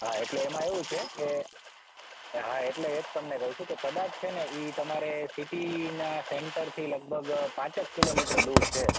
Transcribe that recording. હા એટલે એમાં એવું છે કે હા એટલે એ જ તમને કહું છું કે કદાચ છેને ઈ તમારે સિટીના સેન્ટરથી લગભગ પાંચેક કિલોમીટર દૂર છે